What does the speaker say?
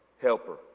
helper